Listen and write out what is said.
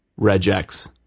Regex